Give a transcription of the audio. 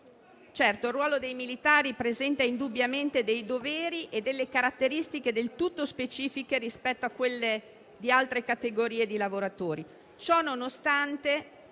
Certo, il ruolo dei militari presenta indubbiamente dei doveri e delle caratteristiche del tutto specifiche rispetto a quelle di altre categorie di lavoratori.